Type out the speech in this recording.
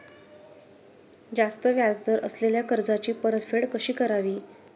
जास्त व्याज दर असलेल्या कर्जाची परतफेड कशी करावी?